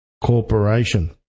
Corporation